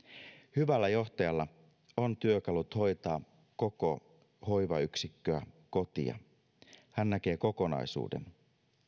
hyvällä johtajalla on työkalut hoitaa koko hoivayksikköä kotia hän näkee kokonaisuuden